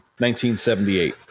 1978